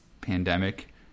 pandemic